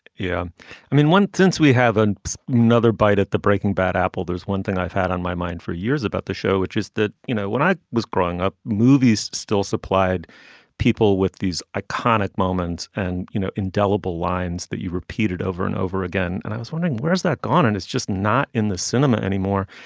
yeah i mean one since we have ah another bite at the breaking bad apple. there's one thing i've had on my mind for years about the show which is that you know when i was growing up movies still supplied people with these iconic moments and you know indelible lines that you repeated over and over again. and i was wondering where is that gone and it's just not in the cinema anymore.